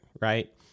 right